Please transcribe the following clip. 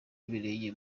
ibirenge